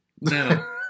No